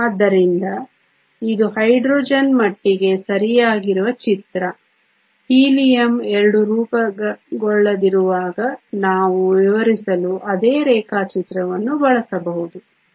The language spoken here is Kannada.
ಆದ್ದರಿಂದ ಇದು ಹೈಡ್ರೋಜನ್ ಮಟ್ಟಿಗೆ ಸರಿಯಾಗಿರುವ ಚಿತ್ರ ಹೀಲಿಯಂ 2 ರೂಪುಗೊಳ್ಳದಿರುವಾಗ ನಾವು ವಿವರಿಸಲು ಅದೇ ರೇಖಾಚಿತ್ರವನ್ನು ಬಳಸಬಹುದು